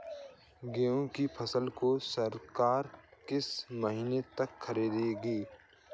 गेहूँ की फसल को सरकार किस महीने तक खरीदेगी?